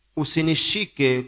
usinishike